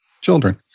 children